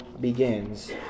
begins